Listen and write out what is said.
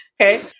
okay